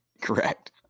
Correct